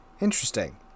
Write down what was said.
interesting